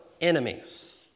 enemies